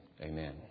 Amen